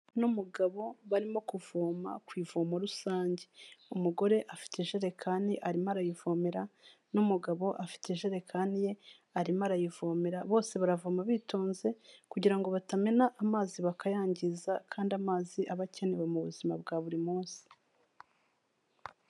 Ni umugabo barimo kuvoma ku ivomo rusange, umugore afite ijerekani arimo arayivomera, n'umugabo afite ijerekani ye arimo arayivomera, bose baravoma bitonze kugira ngo batamena amazi bakayangiza kandi amazi aba akenewe mu buzima bwa buri munsi.